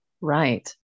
Right